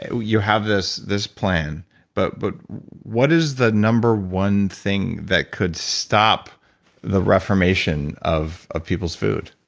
you have this this plan but but what is the number one thing that could stop the reformation of of people's food?